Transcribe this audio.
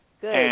Good